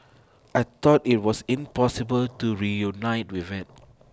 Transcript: I thought IT was impossible to reunited with IT